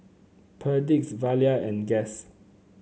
Perdix Zalia and Guess